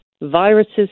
viruses